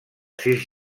sis